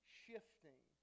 shifting